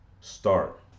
start